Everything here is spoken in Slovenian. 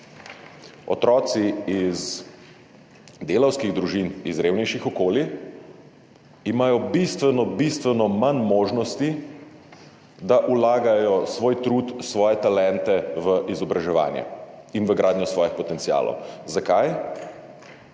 Otroci iz delavskih družin, iz revnejših okolij imajo bistveno, bistveno manj možnosti, da vlagajo svoj trud, svoje talente v izobraževanje in v gradnjo svojih potencialov. Zakaj?